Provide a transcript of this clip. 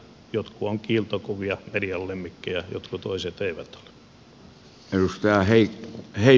jotkut ovat kiiltokuvia median lemmikkejä jotkut toiset eivät ole